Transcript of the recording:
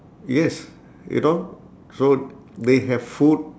yes you know so they have food